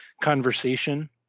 conversation